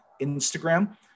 Instagram